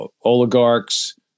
oligarchs